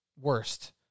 worst